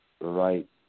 right